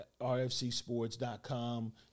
rfcsports.com